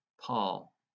Paul